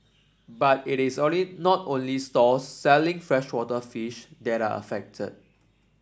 but it is only not only stalls selling freshwater fish that are affected